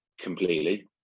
completely